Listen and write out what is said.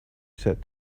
said